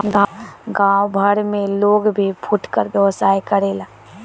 गांव घर में लोग भी फुटकर व्यवसाय करेला